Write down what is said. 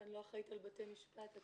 אני לא אחראית על בתי משפט.